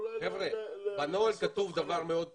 בנוהל כתוב דבר מאוד פשוט,